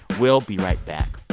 we'll be right back.